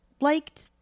liked